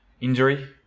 injury